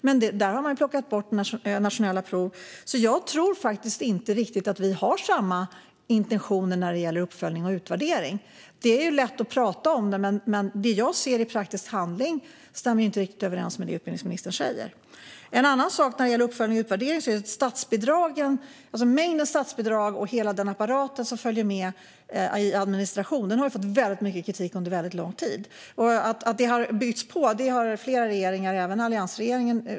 Men eftersom man har plockat bort nationella prov tror jag faktiskt inte riktigt att vi har samma intentioner när det gäller uppföljning och utvärdering. Det är lätt att prata om det, men det jag ser i praktisk handling stämmer inte riktigt överens med det som utbildningsministern säger. En annan sak när det gäller uppföljning och utvärdering är att mängden statsbidrag och hela den apparat som följer med i form av administration har fått väldigt mycket kritik under väldigt lång tid. Att detta har byggts på är flera regeringar skyldiga till, även alliansregeringen.